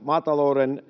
maatalouden